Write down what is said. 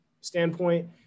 standpoint